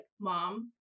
mom